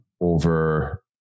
over